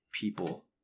people